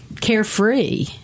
carefree